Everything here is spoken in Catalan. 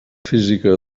física